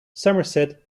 somerset